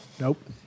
Nope